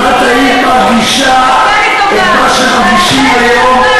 אם את היית מרגישה את מה שמרגישים היום,